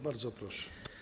Bardzo proszę.